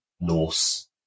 Norse